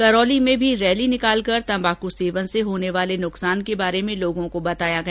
करौली में भी रैली निकालकर तंबाकू सेवन से होने वाले नुकसान के बारे में बताया गया